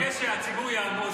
אני מבקש שהציבור יעמוד.